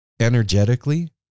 energetically